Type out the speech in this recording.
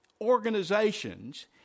organizations